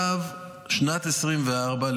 שנת 2024,